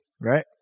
right